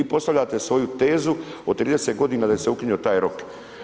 Postavljate svoju tezu od 30 g. da je se ukinuo taj rok.